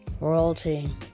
Royalty